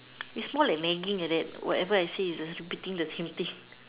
it's more like nagging like that whatever I say is repeating the same thing